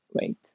Wait